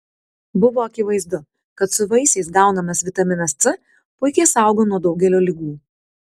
buvo akivaizdu kad su vaisiais gaunamas vitaminas c puikiai saugo nuo daugelio ligų